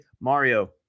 Mario